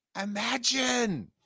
Imagine